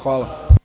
Hvala.